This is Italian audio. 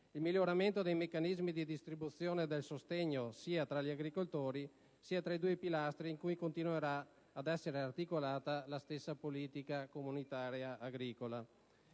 il miglioramento dei meccanismi di distribuzione del sostegno, sia tra gli agricoltori, sia tra i due pilastri in cui continuerà ad essere articolata la stessa PAC. In questa importante